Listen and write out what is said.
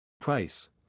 Price